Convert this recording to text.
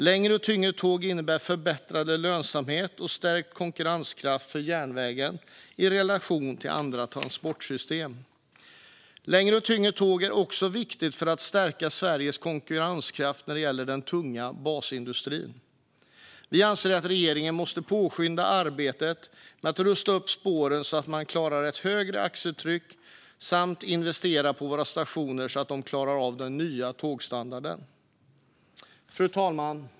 Längre och tyngre tåg innebär förbättrad lönsamhet och stärkt konkurrenskraft för järnvägen i relation till andra transportsystem. Längre och tyngre tåg är också viktigt för att stärka Sveriges konkurrenskraft när det gäller den tunga basindustrin. Vi anser att regeringen måste påskynda arbetet med att rusta upp spåren så att man klarar ett högre axeltryck samt investera på våra stationer så att de klarar av den nya tågstandarden. Fru talman!